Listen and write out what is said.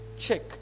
check